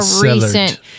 recent